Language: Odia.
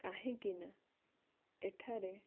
କାହିଁକିନା ଏଠାରେ